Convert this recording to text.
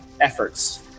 efforts